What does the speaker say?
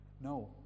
no